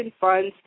funds